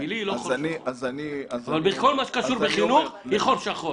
בשבילי היא לא חור שחור אבל בכל מה שקשור לחינוך היא חור שחור.